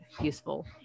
useful